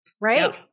Right